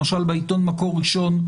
למשל בעיתון מקור ראשון,